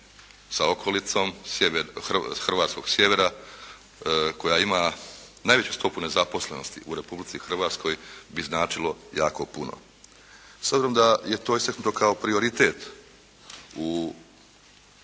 sa okolicom hrvatskog sjevera koja ima najveću stopu nezaposlenosti u Republici Hrvatskoj bi značilo jako puno. S obzirom da je to istaknuto kao prioritet u programu